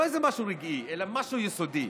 לא איזה משהו רגעי אלא משהו יסודי,